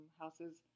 houses